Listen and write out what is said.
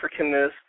Africanness